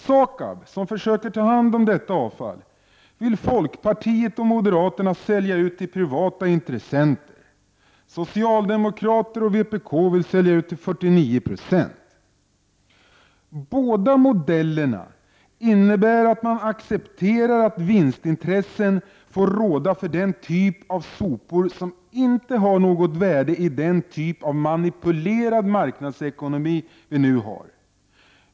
SAKAB, som försöker ta hand om detta avfall, vill folkpartiet och moderaterna sälja ut till privata intressenter. Socialdemokra terna och vpk vill sälja ut 49 26. Båda modellerna innebär att man accepterar att vinstintressen får råda för den typ av sopor som inte har något värde i den typ av manipulerad marknadsekonomi vi nu har.